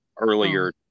earlier